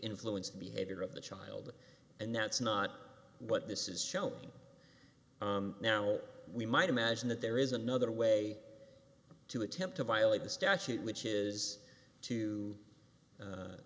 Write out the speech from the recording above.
influence the behavior of the child and that's not what this is showing now we might imagine that there is another way to attempt to violate the statute which is to